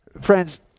friends